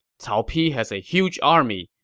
cao pi has a huge army,